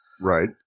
Right